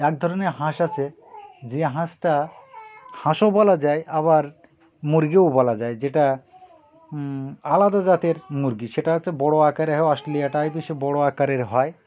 এক ধরনের হাঁস আছে যে হাঁসটা হাঁসও বলা যায় আবার মুরগিও বলা যায় যেটা আলাদা জাতের মুরগি সেটা হচ্ছে বড় আকারে হয় অস্ট্রেলিয়াটাই বেশি বড় আকারের হয়